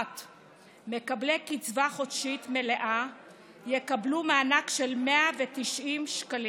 1. מקבלי קצבה חודשית מלאה יקבלו מענק של 190 שקלים.